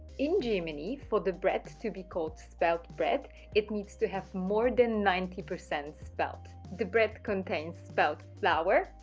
in germany for the breads to be called spelt bread it means to have more than ninety percent spelt. the bread contains spelt flour,